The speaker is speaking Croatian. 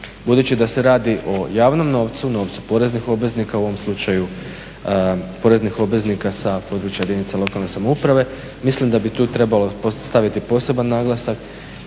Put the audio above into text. Budući da se radi o javnom novcu, novcu poreznih obveznika, u ovom slučaju poreznih obveznika sa područja jedinica lokalne samouprave mislim da bi tu trebalo staviti poseban naglasak